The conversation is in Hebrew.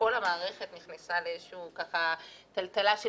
וכל המערכת נכנסה לאיזושהי טלטלה של